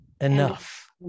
Enough